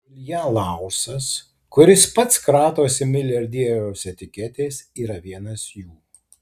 ilja laursas kuris pats kratosi milijardieriaus etiketės yra vienas jų